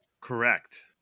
Correct